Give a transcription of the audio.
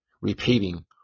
repeating